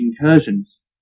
incursions